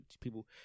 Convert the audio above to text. people